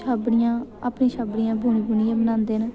छाबड़ियां अपनी छाबड़ियां बुनी बुनियै बनांदे न